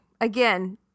Again